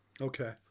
Okay